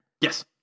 Yes